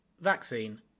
Vaccine